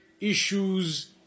issues